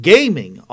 Gaming